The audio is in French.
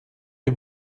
les